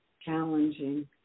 challenging